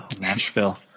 Nashville